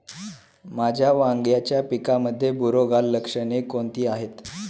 माझ्या वांग्याच्या पिकामध्ये बुरोगाल लक्षणे कोणती आहेत?